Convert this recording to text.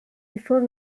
before